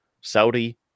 saudi